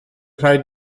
rhaid